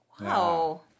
Wow